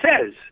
says